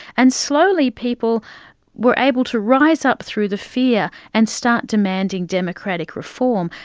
and slowly people were able to rise up through the fear and start demanding democratic reform,